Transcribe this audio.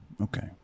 Okay